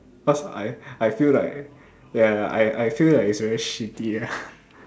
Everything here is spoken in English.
cause I I feel like ya I I feel like it's very shitty ah